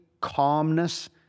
calmness